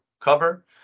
cover